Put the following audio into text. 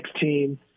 team